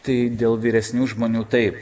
tai dėl vyresnių žmonių taip